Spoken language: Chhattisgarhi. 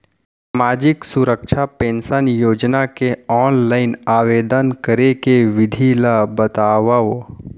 सामाजिक सुरक्षा पेंशन योजना के ऑनलाइन आवेदन करे के विधि ला बतावव